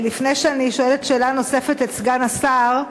לפני שאני שואלת שאלה נוספת את סגן השר,